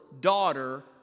daughter